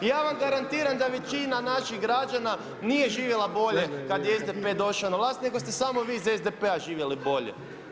I ja vam garantiram da većina naših građana nije živjela bolje kad je SDP došao na vlast nego ste samo vi iz SDP-a živjeli bolje.